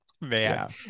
man